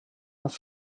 off